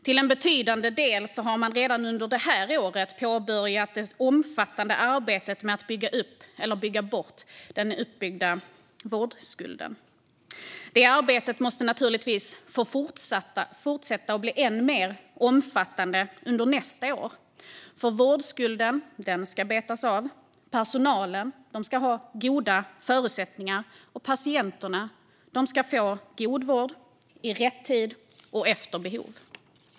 Till en betydande del har man redan under detta år påbörjat det omfattande arbetet med att bygga bort den uppbyggda vårdskulden. Det arbetet måste naturligtvis få fortsätta och bli ännu mer omfattande under nästa år. Vårdskulden ska betas av, personalen ska ha goda förutsättningar och patienterna ska få god vård i rätt tid och efter behov.